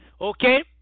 okay